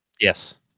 Yes